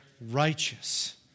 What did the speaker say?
righteous